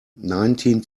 nineteen